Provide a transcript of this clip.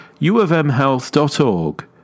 uofmhealth.org